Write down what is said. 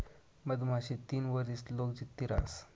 मधमाशी तीन वरीस लोग जित्ती रहास